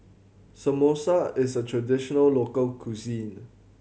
samosa is a traditional local cuisine